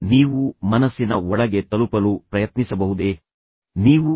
ನೀವು ಮನಸ್ಸಿನ ಒಳಗೆ ತಲುಪಲು ಪ್ರಯತ್ನಿಸಬಹುದೇ ನೀವು ಅದನ್ನು ಹೊರತೆಗೆಯಲು ಪ್ರಯತ್ನಿಸಬಹುದೇ